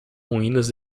ruínas